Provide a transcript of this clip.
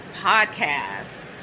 podcast